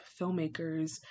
filmmakers